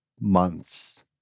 months